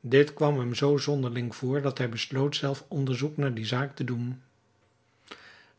dit kwam hem zoo zonderling voor dat hij besloot zelf onderzoek naar die zaak te doen